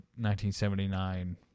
1979